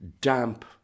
damp